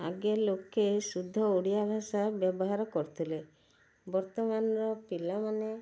ଆଗେ ଲୋକେ ଶୁଦ୍ଧ ଓଡ଼ିଆ ଭାଷା ବ୍ୟବହାର କରୁଥିଲେ ବର୍ତ୍ତମାନର ପିଲାମାନେ